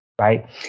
Right